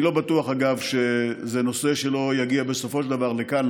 אני לא בטוח שזה לא נושא שיגיע בסופו של דבר לכאן,